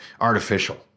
artificial